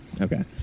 okay